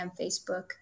Facebook